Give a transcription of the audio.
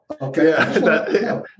Okay